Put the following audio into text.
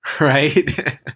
right